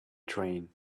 train